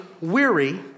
weary